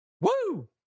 Woo